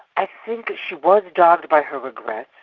i think she was dogged by her regrets.